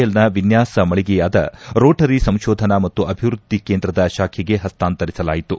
ಎಲ್ನ ವಿನ್ಯಾಸ ಮಳಿಗೆಯಾದ ರೋಟರಿ ಸಂಶೋಧನಾ ಮತ್ತು ಅಭಿವ್ನದ್ದಿ ಕೇಂದ್ರದ ಶಾಖೆಗೆ ಹಸ್ತಾಂತರಿಸಲಾಯಿತು